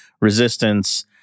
resistance